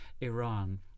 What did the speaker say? Iran